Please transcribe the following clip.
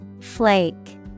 Flake